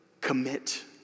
commit